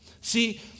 See